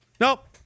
nope